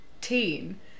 teen